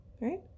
right